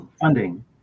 funding